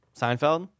Seinfeld